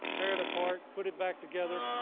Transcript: tear it apart. put it back together.